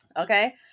Okay